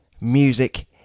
music